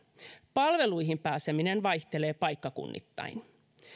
palveluihin pääseminen vaihtelee paikkakunnittain